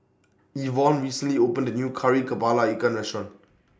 Yvonne recently opened A New Kari Kepala Ikan Restaurant